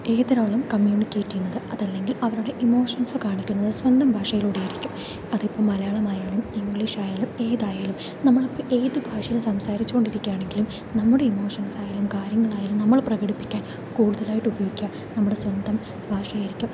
ഏതൊരാളും communicate ചെയ്യുന്നത് അതല്ലങ്കിൽ അവരുടെ ഇമോഷൻസ് കാണിക്കുന്നത് സ്വന്തം ഭാഷയിലൂടെയായിരിക്കും അത് മലയാളമായാലും ഇംഗ്ലീഷ് ആയാലും ഏതായാലും നമ്മളിപ്പോൾ ഏത് ഭാഷ സംസാരിച്ചു കൊണ്ടിരിക്കുകയാണങ്കിലും നമ്മുടെ ഇമോഷൻസായാലും കാര്യങ്ങളായലും നമ്മൾ പ്രകടിപ്പിക്കാൻ കൂടുതലായിട്ട് ഉപയോഗിക്കുക നമ്മുടെ സ്വന്തം ഭാഷയായിരിക്കും